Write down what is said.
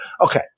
Okay